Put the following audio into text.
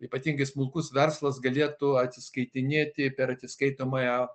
ypatingai smulkus verslas galėtų atsiskaitinėti per atsiskaitomąją